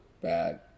bad